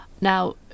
Now